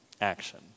action